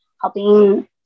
helping